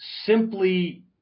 Simply